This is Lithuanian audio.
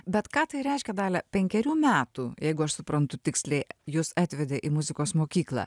bet ką tai reiškia dalia penkerių metų jeigu aš suprantu tiksliai jus atvedė į muzikos mokyklą